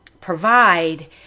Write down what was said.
provide